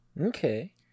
okay